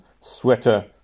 Sweater